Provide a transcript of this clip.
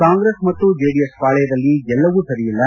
ಕಾಂಗ್ರೆಸ್ ಮತ್ತು ಜೆಡಿಎಸ್ ಪಾಳೆಯದಲ್ಲಿ ಎಲ್ಲವೂ ಸರಿಯಿಲ್ಲ